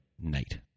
night